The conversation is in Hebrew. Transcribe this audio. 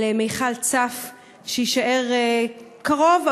של מכל צף שיישאר קרוב,